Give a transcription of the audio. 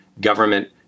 government